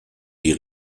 die